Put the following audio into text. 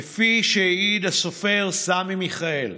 כפי שהעיד הסופר סמי מיכאל: